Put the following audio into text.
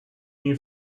you